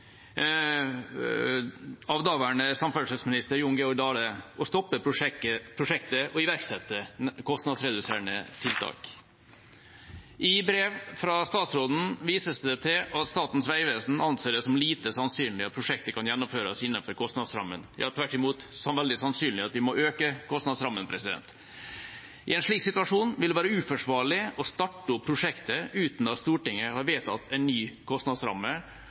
samferdselsminister Jon Georg Dale å stoppe prosjektet og iverksette kostnadsreduserende tiltak. I brev fra statsråden vises det til at Statens vegvesen anser det som lite sannsynlig at prosjektet kan gjennomføres innenfor kostnadsrammen. Tvert imot, det er veldig sannsynlig at vi må øke kostnadsrammen. I en slik situasjon vil det være uforsvarlig å starte opp prosjektet uten at Stortinget har vedtatt en ny kostnadsramme